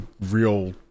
real